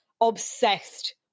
obsessed